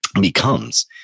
becomes